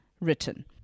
written